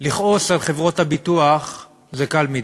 לכעוס על חברות הביטוח זה קל מדי,